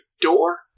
door